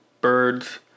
Birds